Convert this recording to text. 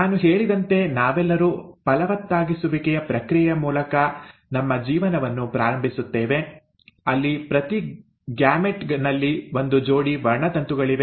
ನಾನು ಹೇಳಿದಂತೆ ನಾವೆಲ್ಲರೂ ಫಲವತ್ತಾಗಿಸುವಿಕೆಯ ಪ್ರಕ್ರಿಯೆಯ ಮೂಲಕ ನಮ್ಮ ಜೀವನವನ್ನು ಪ್ರಾರಂಭಿಸುತ್ತೇವೆ ಅಲ್ಲಿ ಪ್ರತಿ ಗ್ಯಾಮೆಟ್ ನಲ್ಲಿ ಒಂದು ಜೋಡಿ ವರ್ಣತಂತುಗಳಿವೆ